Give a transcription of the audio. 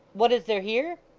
what is there here?